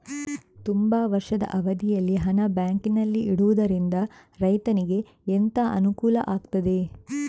ತುಂಬಾ ವರ್ಷದ ಅವಧಿಯಲ್ಲಿ ಹಣ ಬ್ಯಾಂಕಿನಲ್ಲಿ ಇಡುವುದರಿಂದ ರೈತನಿಗೆ ಎಂತ ಅನುಕೂಲ ಆಗ್ತದೆ?